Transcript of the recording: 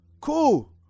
cool